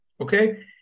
okay